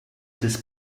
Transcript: des